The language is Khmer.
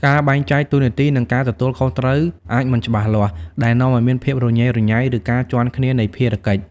ការបែងចែកតួនាទី និងការទទួលខុសត្រូវអាចមិនច្បាស់លាស់ ដែលនាំឲ្យមានភាពរញ៉េរញ៉ៃ ឬការជាន់គ្នានៃភារកិច្ច។